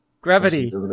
gravity